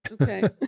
Okay